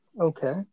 Okay